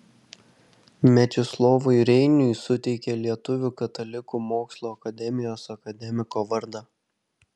mečislovui reiniui suteikė lietuvių katalikų mokslo akademijos akademiko vardą